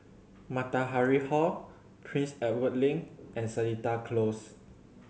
Matahari Hall Prince Edward Link and Seletar Close